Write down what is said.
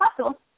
possible